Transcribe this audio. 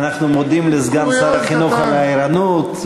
אנחנו מודים לסגן שר החינוך על הערנות.